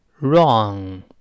wrong